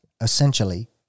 essentially